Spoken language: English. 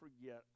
forget